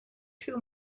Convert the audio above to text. too